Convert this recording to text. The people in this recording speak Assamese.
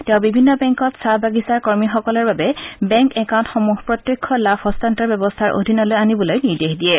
তেওঁ বিভিন্ন বেংকত চাহ বাগিচাৰ কৰ্মীসকলৰ বাবে বেংক একাউণ্টসমূহ প্ৰত্যক্ষ লাভ হস্তান্তৰ ব্যৱস্থাৰ অধীনলৈ আনিবলৈ নিৰ্দেশ দিয়ে